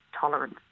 tolerance